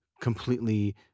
completely